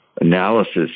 analysis